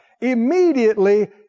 immediately